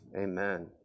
Amen